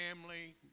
family